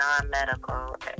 non-medical